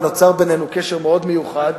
ונוצר בינינו קשר מאוד מיוחד.